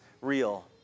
real